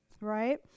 Right